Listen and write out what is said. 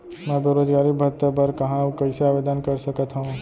मैं बेरोजगारी भत्ता बर कहाँ अऊ कइसे आवेदन कर सकत हओं?